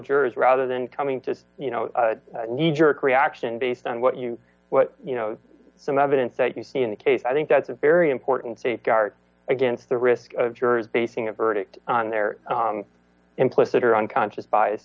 jurors rather than coming to you know knee jerk reaction based on what you what some evidence that you see in the case i think that's a very important safeguard against the risk of jurors basing a verdict on their implicit or unconscious bias